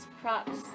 props